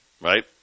right